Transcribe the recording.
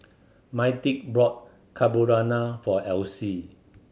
Myrtice bought Carbonara for Elise